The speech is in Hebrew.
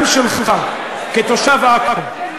גם שלך, כתושב עכו,